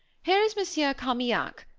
here is monsieur carmaignac,